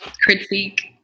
critique